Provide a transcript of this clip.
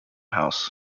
house